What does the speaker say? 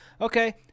Okay